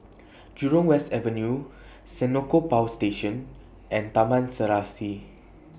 Jurong West Avenue Senoko Power Station and Taman Serasi